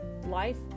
Life